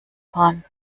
fahren